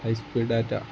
high speed data